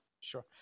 Sure